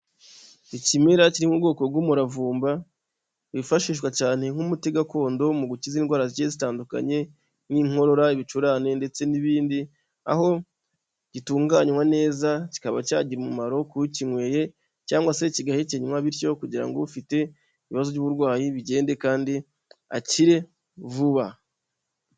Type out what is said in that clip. Ikimerara kiririmo bwoko bw'umuravumba, wifashishwa cyane nk'umuti gakondo mu gukiza indwara ziri zitandukanye, nk'inkorora, ibicurane, ndetse n'ibindi, aho gitunganywa neza kikaba cyagira umumaro k'ukinyweye cyangwa se kigahekenywa bityo kugira ngo ufite ibibazo by'uburwayi bigende kandi akire vuba.